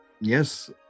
Yes